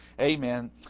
Amen